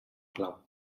clau